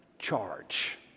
charge